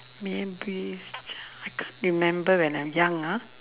memory I can't remember when I'm young ah